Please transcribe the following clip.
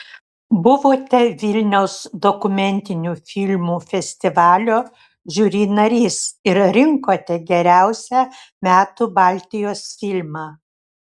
buvote vilniaus dokumentinių filmų festivalio žiuri narys ir rinkote geriausią metų baltijos filmą